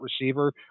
receiver